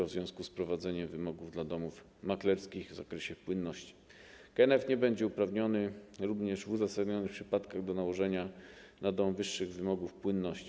W związku z wprowadzeniem wymogów dla domów maklerskich w zakresie płynności KNF będzie uprawniona również w uzasadnionych przypadkach do nałożenia na dom wyższych wymogów płynności.